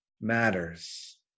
matters